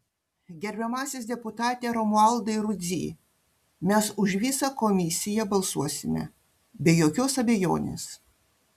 gerbiamasis deputate romualdai rudzy mes už visą komisiją balsuosime be jokios abejonės